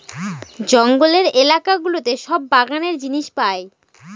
জঙ্গলের এলাকা গুলোতে সব বাগানের জিনিস পাই